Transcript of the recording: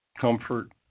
comfort